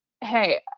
hey